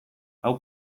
hau